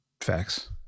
Facts